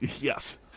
Yes